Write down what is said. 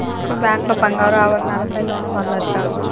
మీ bank లో బంగారు ఆభరణాల పై లోన్ పొందచ్చా?